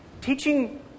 teaching